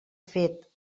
fet